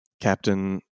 captain